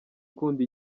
ukunda